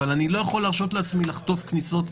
אבל אני לא יכול להרשות לעצמי לחטוף כניסות.